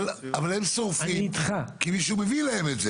הם שורפים כי מישהו מביא להם את זה.